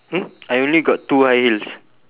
I only got two high heels